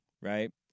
right